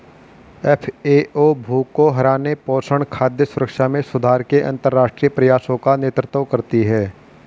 FAO भूख को हराने, पोषण, खाद्य सुरक्षा में सुधार के अंतरराष्ट्रीय प्रयासों का नेतृत्व करती है